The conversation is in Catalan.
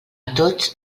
tots